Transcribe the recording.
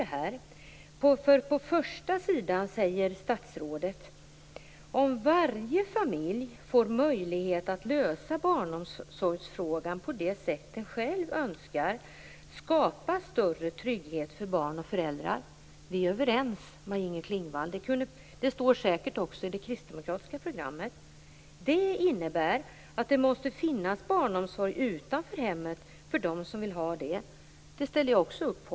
På s. 1 i svaret säger statsrådet: "Om varje familj får möjlighet att lösa barnomsorgsfrågan på det sätt den själv önskar, skapas större trygghet för barn och föräldrar." Vi är överens, Maj-Inger Klingvall. Det står säkert också i det kristdemokratiska programmet. Statsrådet fortsätter: "Det innebär att det måste finnas barnomsorg utanför hemmet för dem som vill ha det." Det ställer jag också upp på.